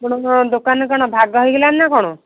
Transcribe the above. ଆପଣଙ୍କ ଦୋକାନରେ କ'ଣ ଭାଗ ହେଇଗଲାଣି ନା କ'ଣ